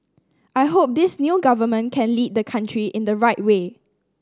I hope this new government can lead the country in the right way